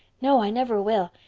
no, i never will.